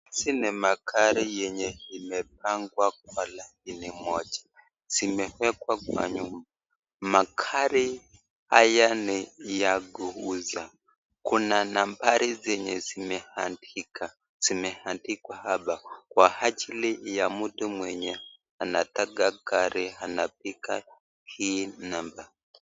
Hizi ni magari yenye imepangwa kwa laini moja, zimewekwa kwa nyuma. Magari haya ni ya kuuza, kuna nambari zenye zimeandikwa, zimeandikwa hapa kwa ajili ya mtu mwenye anataka gari anapiga hii namba.